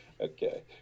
okay